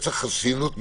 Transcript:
צריך חסינות מיוחדת,